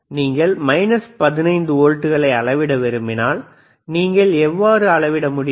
நீங்கள் மைனஸ் 15 வோல்ட்டுகளை அளவிட விரும்பினால் நீங்கள் எவ்வாறு அளவிட முடியும்